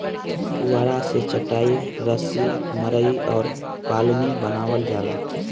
पुआरा से चाटाई, रसरी, मड़ई आ पालानी बानावल जाला